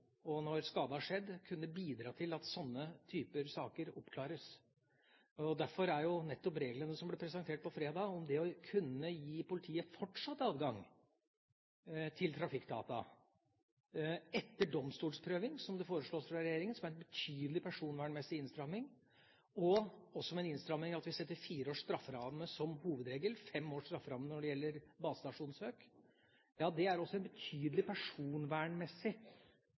og når skaden er skjedd, bidra til at sånne typer saker oppklares. Derfor er jo nettopp reglene som ble presentert på fredag – om det å kunne gi politiet fortsatt adgang til trafikkdata etter domstolsprøving, som det foreslås fra regjeringen, som er en betydelig personvernmessig innstramming, og det er også en innstramming at vi setter fire års strafferamme som hovedregel, fem års strafferamme når det gjelder basestasjonssøk – også en betydelig personvernmessig